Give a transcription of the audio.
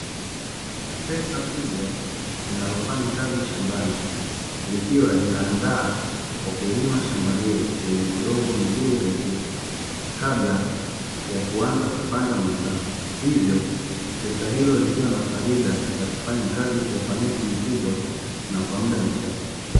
Trekta kubwa zinalofanya kazi shambani likiwa linaandaa kwa kulima shamba hilo lenye udongo mzuri ni rutuba kabla ya kuanza kupanda mazao hivyo trekta hilo likiwa na faida ya kufanya kazi kwa ufanisi mkubwa na kwa muda mchache.